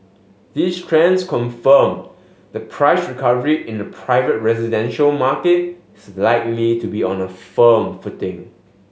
these trends confirm the price recovery in the private residential market is likely to be on a firm footing